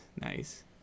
nice